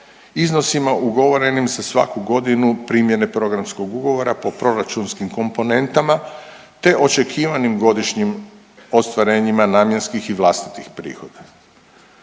iznosima ugovorenim za svaku godinu primjene programskog ugovora po proračunskim komponentama te očekivanim godišnjim ostvarenjima namjenskih i vlastitih prihoda.